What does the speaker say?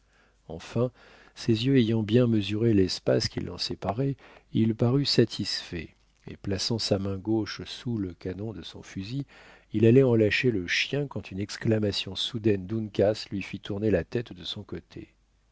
enfin ses yeux ayant bien mesuré l'espace qui l'en séparait il parut satisfait et plaçant sa main gauche sous le canon de son fusil il allait en lâcher le chien quand une exclamation soudaine d'uncas lui fit tourner la tête de son côté